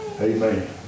Amen